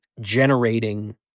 generating